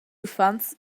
uffants